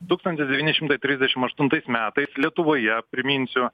tūkstantis devyni šimtai trisdešim aštuntais metais lietuvoje priminsiu